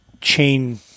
chain